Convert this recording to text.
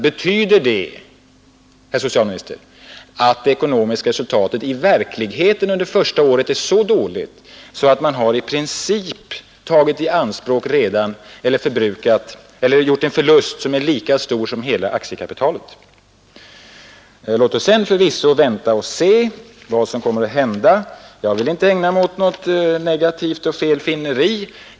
Men, herr socialminister, är det inte så att det ekonomiska resultatet av verksamheten under första året är så dåligt, att man i princip har gjort en förlust som är lika stor som hela aktiekapitalet? Låt oss sedan förvisso vänta och se vad som kommer att hända. Jag vill inte vara negativ och ägna mig åt något felsökeri.